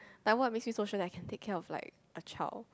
like what makes me so sure that I can take care of like a child